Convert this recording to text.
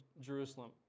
Jerusalem